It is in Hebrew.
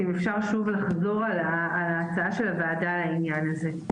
אם אפשר שוב לחזור על ההצעה של הוועדה בעניין הזה.